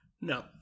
No